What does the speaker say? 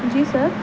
جی سر